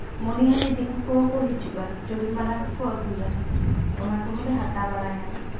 ᱢᱚᱱᱤᱦᱟᱨᱤ ᱫᱤᱠᱩ ᱠᱚᱦᱚᱸ ᱠᱚ ᱦᱤᱡᱩᱜᱼᱟ ᱪᱩᱲᱤ ᱢᱟᱞᱟ ᱠᱚᱠᱚ ᱟᱹᱜᱩᱭᱟ ᱚᱱᱟ ᱠᱚᱦᱚᱸᱞᱮ ᱦᱟᱛᱟᱣ ᱵᱟᱲᱟᱭᱟ